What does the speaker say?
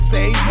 Say